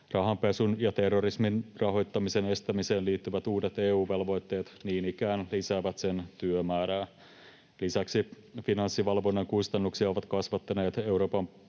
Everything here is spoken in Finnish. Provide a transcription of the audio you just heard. Rahanpesun ja terrorismin rahoittamisen estämiseen liittyvät uudet EU-velvoitteet niin ikään lisäävät sen työmäärää. Lisäksi Finanssivalvonnan kustannuksia ovat kasvattaneet Euroopan